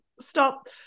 stop –